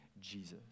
Jesus